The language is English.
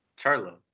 charlo